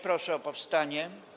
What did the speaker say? Proszę o powstanie.